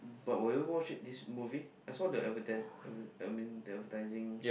but will you watch it this movie I saw the advertise I mean the advertising